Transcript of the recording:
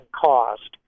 cost